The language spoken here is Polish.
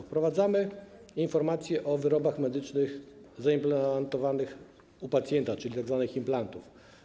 Wprowadzamy informację o wyrobach medycznych zaimplantowanych pacjentowi, czyli tzw. implantach.